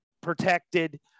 protected